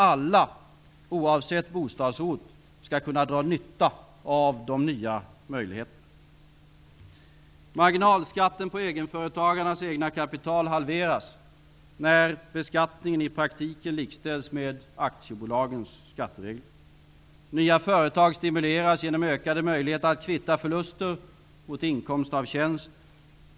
Alla, oavsett bostadsort, skall kunna dra nytta av de nya möjligheterna. Marginalskatten på egenföretagarnas egna kapital halveras när beskattningen i praktiken likställs med aktiebolagens skatteregler. Nya företag stimuleras genom ökade möjligheter att kvitta förluster mot inkomst av tjänst.